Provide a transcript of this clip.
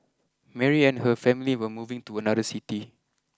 Mary and her family were moving to another city